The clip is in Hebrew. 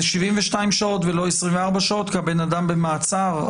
שעות ולא 24 שעות כי הבן אדם במעצר.